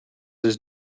his